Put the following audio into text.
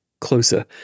closer